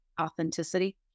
authenticity